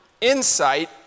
Insight